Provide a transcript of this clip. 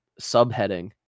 subheading